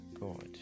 God